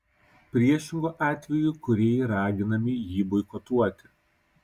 priešingu atveju kūrėjai raginami jį boikotuoti